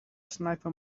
sniper